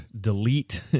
delete